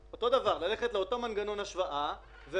אגב,